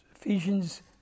Ephesians